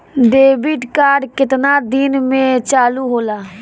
Debit card केतना दिन में चालु होला?